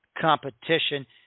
competition